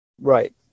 Right